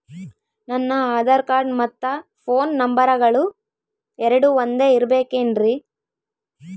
ನನ್ನ ಆಧಾರ್ ಕಾರ್ಡ್ ಮತ್ತ ಪೋನ್ ನಂಬರಗಳು ಎರಡು ಒಂದೆ ಇರಬೇಕಿನ್ರಿ?